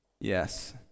Yes